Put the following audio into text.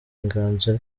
inganzo